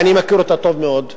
אני מכיר אותה טוב מאוד,